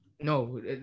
No